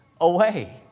away